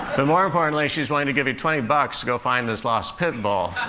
but more importantly, she's willing to give you twenty bucks to go find this lost pit bull.